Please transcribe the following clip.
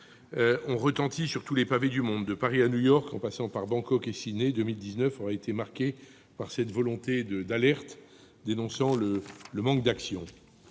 a retenti sur tous les pavés du monde. De Paris à New York, en passant par Bangkok et Sydney, l'année 2019 aura été marquée par la volonté d'alerter et de dénoncer le manque d'action.